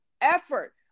effort